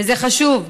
וזה חשוב,